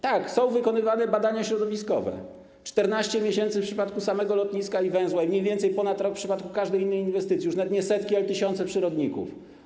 Tak, są wykonywane badania środowiskowe: 14 miesięcy w przypadku samego lotniska i węzła i mniej więcej ponad rok w przypadku każdej innej inwestycji, już nawet nie setki, ale tysiące przyrodników.